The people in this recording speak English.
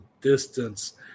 distance